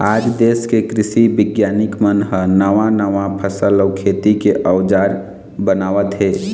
आज देश के कृषि बिग्यानिक मन ह नवा नवा फसल अउ खेती के अउजार बनावत हे